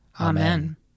Amen